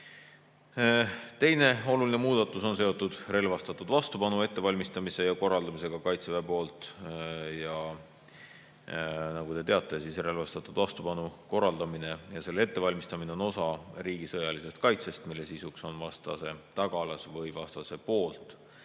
Teine oluline muudatus on seotud relvastatud vastupanu ettevalmistamise ja korraldamisega Kaitseväe poolt. Nagu te teate, relvastatud vastupanu korraldamine ja selle ettevalmistamine on osa riigi sõjalisest kaitsest, mille sisuks on vastase tagalas või vastase